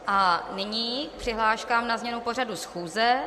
A nyní k přihláškám na změnu pořadu schůze.